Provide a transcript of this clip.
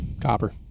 Copper